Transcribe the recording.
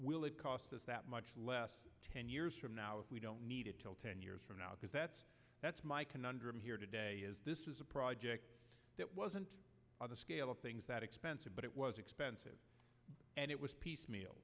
will it cost us that much less ten years from now if we don't need it till ten years from now because that's that's my conundrum here today is this is a project that wasn't on the scale of things that expensive but it was expensive and it was piecemeal